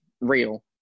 real